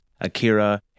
Akira